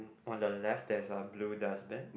on the left there's a blue dustbin